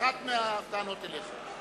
אחת מהטענות אליך.